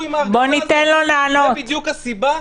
זאת בדיוק הסיבה,